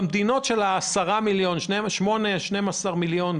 במדינות שגודלן בין שמונה ל-12 מיליון,